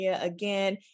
again